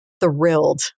Thrilled